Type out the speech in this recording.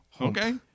Okay